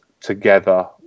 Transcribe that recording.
together